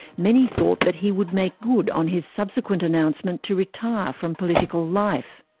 many thought that he would make good on his subsequent announcement to retire from political life.